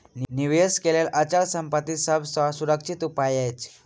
निवेश के लेल अचल संपत्ति सभ सॅ सुरक्षित उपाय अछि